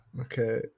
Okay